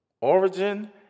origin